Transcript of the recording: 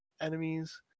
enemies